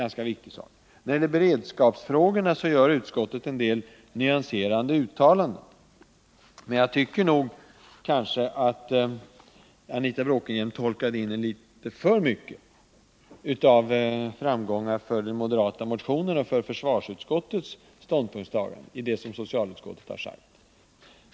När det gäller beredskapsfrågorna gör utskottet en del nyanserade uttalanden. Men jag tycker att Anita Bråkenhielm tolkade in litet för mycket av framgångar för den moderata motionen och för försvarsutskottets ståndpunkt i det som socialutskottet har sagt.